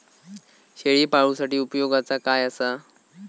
शेळीपाळूसाठी उपयोगाचा काय असा?